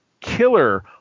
killer